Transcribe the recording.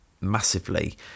massively